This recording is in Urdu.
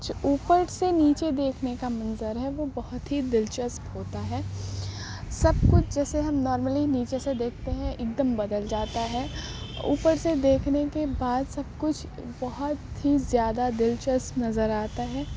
جو اوپر سے نیچے دیکھنے کا منظر ہے وہ بہت ہی دلچسپ ہوتا ہے سب کچھ جسے ہم نارملی نیچے سے دیکھتے ہیں ایک دم بدل جاتا ہے اوپر سے دیکھنے کے بعد سب کچھ بہت ہی زیادہ دلچسپ نظر آتا ہے